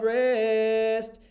rest